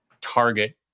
target